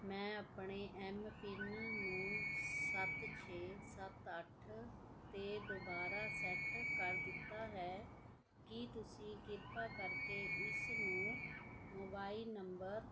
ਮੈਂ ਆਪਣੇ M PIN ਨੂੰ ਸੱਤ ਛੇ ਸੱਤ ਅੱਠ 'ਤੇ ਦੁਬਾਰਾ ਸੈੱਟ ਕਰ ਦਿੱਤਾ ਹੈ ਕੀ ਤੁਸੀਂ ਕਿਰਪਾ ਕਰਕੇ ਇਸ ਨੂੰ ਮੋਬਾਈਲ ਨੰਬਰ